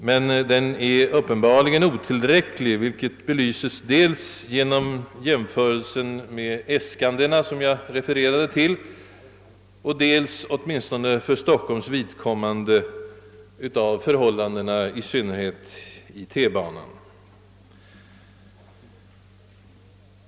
Men den är uppenbarligen otillräcklig, vilket belyses dels av en jämförelse med de äskanden som jag hänvisade till, dels — för Stockholms vidkommande — särskilt av förhållandena i tunnelbanan.